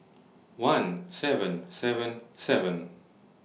one seven seven seven